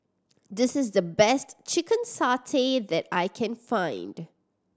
this is the best chicken satay that I can find